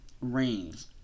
rings